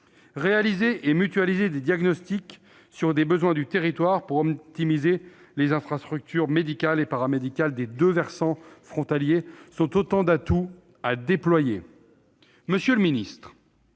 réaliser et mutualiser des diagnostics sur des besoins du territoire pour optimiser les infrastructures médicales et paramédicales des deux versants frontaliers : ce sont là autant d'atouts à déployer. Monsieur le secrétaire